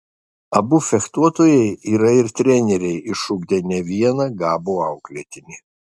abu fechtuotojai yra ir treneriai išugdę ne vieną gabų auklėtinį